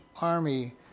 army